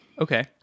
okay